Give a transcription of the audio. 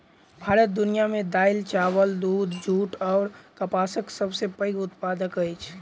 भारत दुनिया मे दालि, चाबल, दूध, जूट अऔर कपासक सबसे पैघ उत्पादक अछि